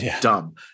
dumb